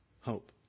hope